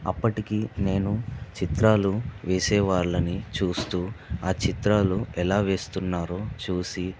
అప్పటికి నేను చిత్రాలు వేసే వాళ్ళని చూస్తూ ఆ చిత్రాలు ఎలా వేస్తున్నారో చూసి